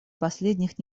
последних